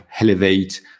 elevate